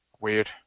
Weird